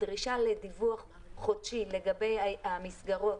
דרישה לדיווח חודשי לגבי המסגרות,